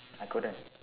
I couldn't